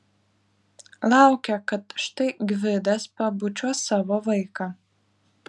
laukė kad štai gvidas pabučiuos savo vaiką